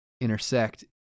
intersect